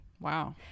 wow